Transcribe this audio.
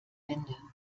ende